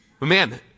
man